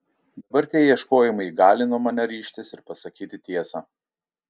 dabar tie ieškojimai įgalino mane ryžtis ir pasakyti tiesą